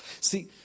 See